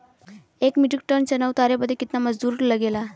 एक metric ton चना उतारे बदे कितना मजदूरी लगे ला?